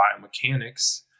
biomechanics